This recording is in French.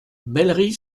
bellerive